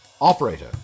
Operator